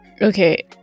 Okay